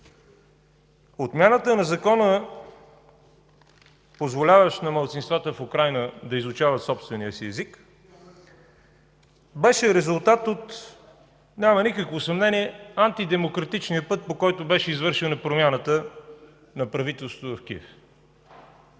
Отмяната на Закона, позволяващ на малцинствата в Украйна да изучават собствения си език, беше резултат от – няма никакво съмнение – антидемократичния път, по който беше извършена промяната на правителството в Киев.